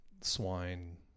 Swine